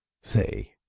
say!